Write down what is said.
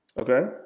Okay